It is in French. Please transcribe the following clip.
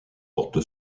porte